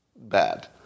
bad